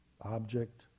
object